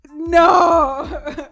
No